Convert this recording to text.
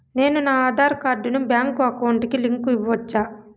నేను నా ఆధార్ కార్డును బ్యాంకు అకౌంట్ కి లింకు ఇవ్వొచ్చా?